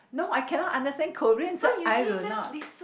no I cannot understand Korean so I will not